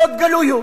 סוד גלוי הוא